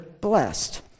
blessed